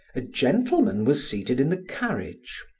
a gentleman was seated in the carriage.